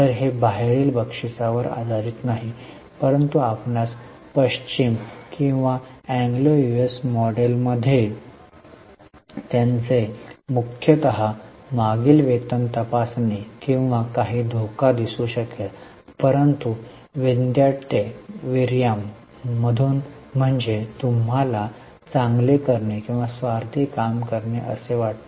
तर हे बाहेरील बक्षिसावर आधारित नाही परंतु आपणास पश्चिम किंवा अँग्लो यूएस मॉडेलमध्ये त्याचे मुख्यत मागील वेतन तपासणी किंवा काही धोका दिसू शकेल परंतु विंद्याटे विर्याम मधून म्हणजे तुम्हाला चांगले करणे किंवा स्वार्थी कामे करणे असे वाटते